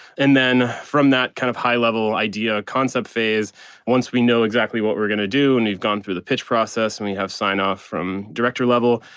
and then from that kind of high-level, idea, concept phase once we know exactly what we're gonna do and we've gone through the pitch process and we have sign-off from director level,